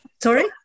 Sorry